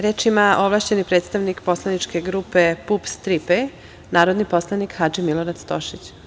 Reč ima ovlašćeni predstavnik poslaničke grupe PUPS-3P narodni poslanik Hadži Milorad Stošić.